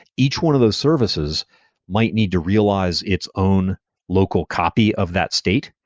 each one of those services might need to realize its own local copy of that state.